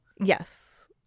yes